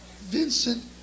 Vincent